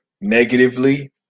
negatively